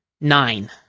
nine